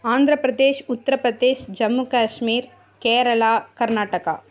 Andhra Pradesh Uttar Pradesh Jammu Kashmir Kerala Karnataka